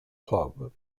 club